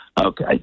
Okay